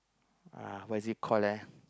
uh what is it called eh